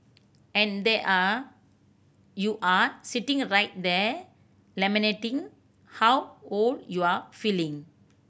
and there are you are sitting right there lamenting how old you're feeling